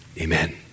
Amen